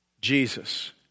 Jesus